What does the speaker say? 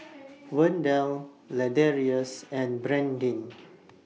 Wendell Ladarius and Brandin